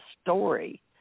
story